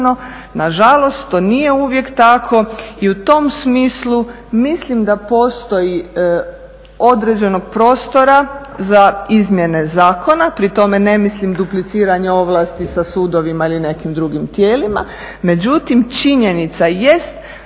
Nažalost, to nije uvijek tako i u tom smislu mislim da postoji određenog prostora za izmjene zakona, pri tome ne mislim dupliciranje ovlasti sa sudovima ili nekim drugim tijelima, međutim činjenica jest